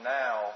now